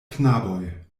knaboj